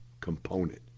component